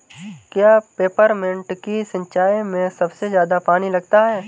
क्या पेपरमिंट की सिंचाई में सबसे ज्यादा पानी लगता है?